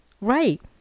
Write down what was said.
right